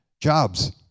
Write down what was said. Jobs